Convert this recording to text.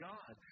God